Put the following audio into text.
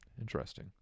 Interesting